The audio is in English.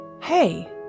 Hey